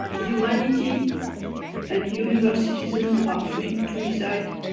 humanity and universal citizen are free to reside,